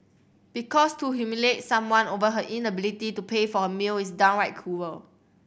because to humiliate someone over her inability to pay for her meal is downright cruel